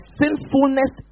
sinfulness